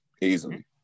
easily